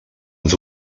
ens